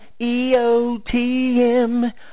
EOTM